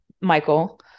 michael